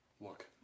Look